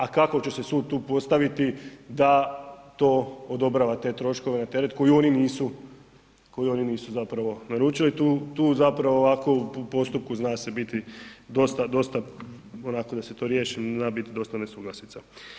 A kako će se sud tu postaviti da to odobrava te troškove na teret koji oni nisu zapravo naručili, tu zapravo ovako u postupku zna se biti dosta, dosta, onako da se to riješi zna biti dosta nesuglasica.